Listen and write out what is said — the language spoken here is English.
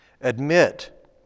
Admit